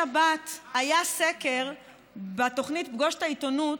במוצאי שבת היה סקר בתוכנית פגוש את העיתונות.